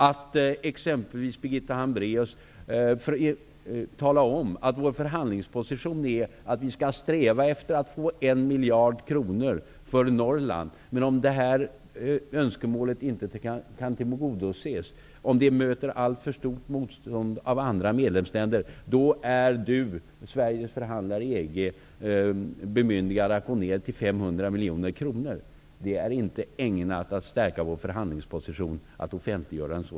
Att exempelvis, Birgitta Hambraeus, tala om att vår förhandlingsposition är att vi skall sträva efter att få 1 miljard kronor för Norrland, men att om önskemålet inte kan tillgodoses därför att det möter alltför stort motstånd från andra medlemsländer är du -- Sveriges förhandlare i EG -- bemyndigad att gå ned till 500 miljoner kronor, är inte ägnat att stärka våra förhandlingspositioner.